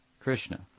Krishna